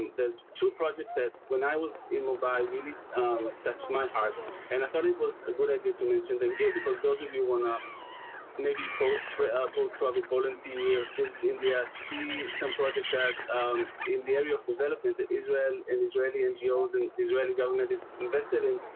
there's two projects that when i was in mumbai, really um touched my heart and i thought it was a good idea to mention them here because those of you want to maybe pray ah postcard volunteer visit india see some projects that um, in the area of development that israel and israeli ngos and israeli government is invested in